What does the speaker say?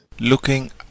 looking